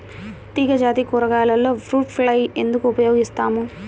తీగజాతి కూరగాయలలో fruit fly ఎందుకు ఉపయోగిస్తాము?